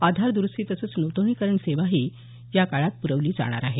आधार दुरुस्ती तसंच नूतनीकरण सेवाही या मेळाव्यात प्रवली जाणार आहे